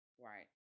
right